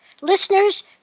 Listeners